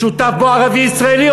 שותף בו ערבי ישראלי,